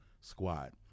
squad